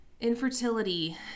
infertility